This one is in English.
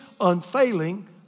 unfailing